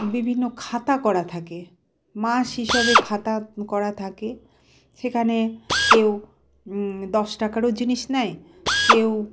বিভিন্ন খাতা করা থাকে মাস হিসাবে খাতা করা থাকে সেখানে কেউ দশ টাকারও জিনিস নেয় কেউ